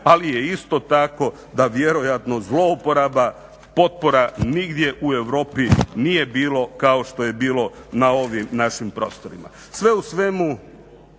ali je isto tako da vjerojatno zlouporaba potpora nigdje u Europi nije bilo kao što je bilo na ovim našim prostorima. Sve u svemu